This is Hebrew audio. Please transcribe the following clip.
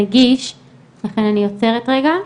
לכן אני עוצרת רגע.